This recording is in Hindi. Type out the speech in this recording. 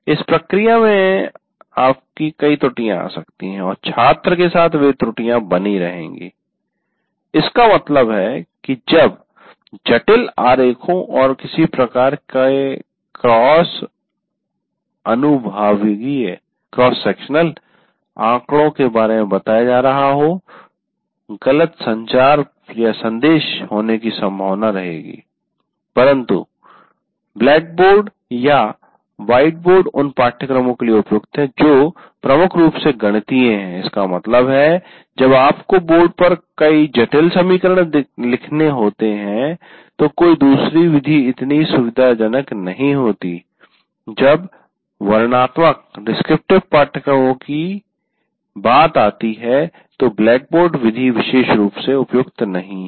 इस प्रक्रिया में आपको कई त्रुटियां आ सकती हैं और छात्र के साथ वे त्रुटियां बनी रहेंगी इसका मतलब है कि जब जटिल आरेखों और किसी प्रकार के क्रॉस अनुभागीय आंकड़ों के बारे में बताया जा रहा हो तो गलत संचारसन्देश होने की संभावना रहेगी परंतु ब्लैक बोर्ड या व्हाइट बोर्ड उन पाठ्यक्रमों के लिए उपयुक्त है जो प्रमुख रूप से गणितीय हैं इसका मतलब है जब आपको बोर्ड पर कई जटिल समीकरण लिखने होते हैं तो कोई दूसरी विधि इतनी सुविधाजनक नहीं होती जब वर्णनात्मक डिस्क्रिप्टिव पाठ्यक्रमों की बात आती है तो ब्लैकबोर्ड विधि विशेष रूप से उपयुक्त नहीं है